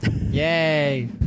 Yay